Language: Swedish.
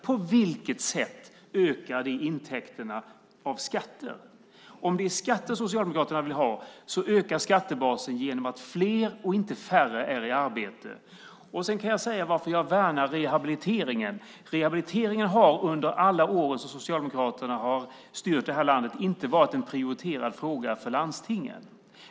Om det är skatteintäkter Socialdemokraterna vill ha ökar skattebasen genom att fler och inte färre är i arbete. Jag kan också tala om varför jag värnar rehabiliteringen. Rehabiliteringen har under alla de år som Socialdemokraterna har styrt det här landet inte varit en prioriterad fråga för landstingen.